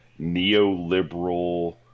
neoliberal